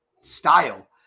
style